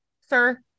sir